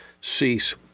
cease